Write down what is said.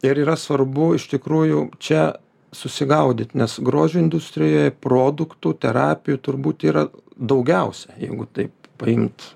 ir yra svarbu iš tikrųjų čia susigaudyt nes grožio industrijoj produktų terapijų turbūt yra daugiausia jeigu tai priimt